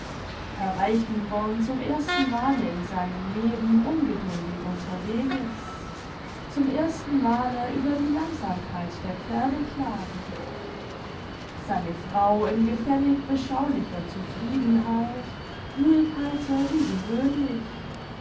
herr reichenborn zum erstenmale in seinem leben ungeduldig unterweges zum erstenmale über die langsamkeit der pferde klagend seine frau in gefällig beschaulicher zufriedenheit ruhig heiter wie gewöhnlich